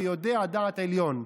"ויֹדע דעת עליון".